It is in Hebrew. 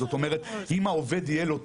זאת אומרת, אם העובד יהיה לו טוב,